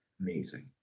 amazing